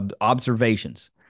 observations